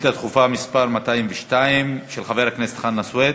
שאילתה דחופה מס' 202 של חבר הכנסת חנא סוייד.